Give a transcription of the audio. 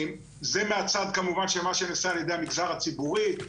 זה מהצד כמובן של מה שנעשה על ידי המגזר הציבורי,